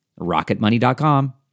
Rocketmoney.com